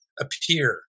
appear